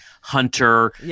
Hunter